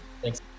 thanks